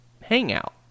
hangout